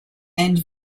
and